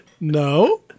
No